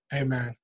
Amen